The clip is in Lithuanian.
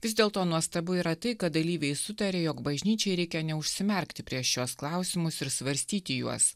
vis dėlto nuostabu yra tai kad dalyviai sutarė jog bažnyčiai reikia neužsimerkti prieš šiuos klausimus ir svarstyti juos